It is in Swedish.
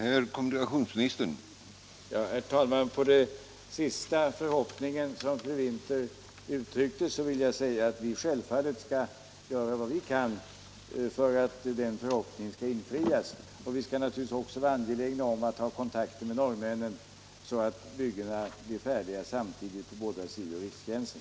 Herr talman! Beträffande den förhoppning som fru Winther senast uttryckte vill jag säga att vi självfallet skall göra vad vi kan för att den skall infrias. Vi skall naturligtvis också vara angelägna om att ha kontakter med norrmännen, så att byggena blir färdiga samtidigt på båda sidor riksgränsen.